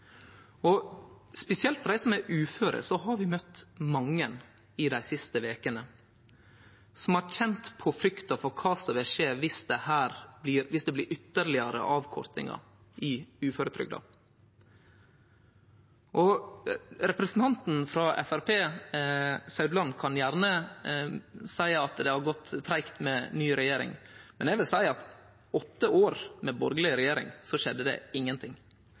Spesielt har vi møtt mange uføre dei siste vekene som har kjent på frykta for kva som vil skje viss det blir ytterlegare avkortingar i uføretrygda. Representanten Meininger Saudland frå Framstegspartiet kan gjerne seie at det har gått tregt med ny regjering, men eg vil seie at på åtte år med borgarleg regjering skjedde det